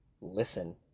listen